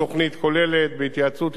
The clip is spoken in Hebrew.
בהתייעצות עם ראשי הרשויות,